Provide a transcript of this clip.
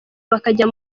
bakajya